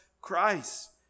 Christ